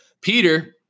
Peter